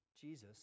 Jesus